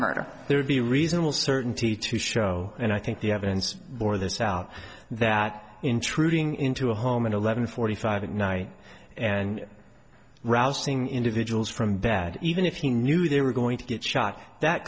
murder there would be reasonable certainty to show and i think the evidence or this out that intruding into home an eleven forty five at night and rousting individuals from bad even if he knew they were going to get shot that